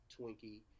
Twinkie